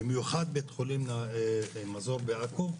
במיוחד בית חולים מזור בעכו,